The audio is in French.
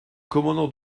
commandant